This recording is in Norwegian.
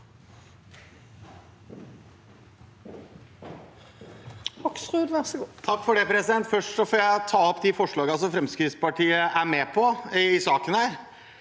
Først vil jeg ta opp de forslagene som Fremskrittspartiet er med på i saken.